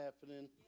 happening